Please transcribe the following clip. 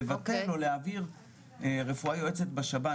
לבטל או להעביר רפואה יועצת בשב"ן,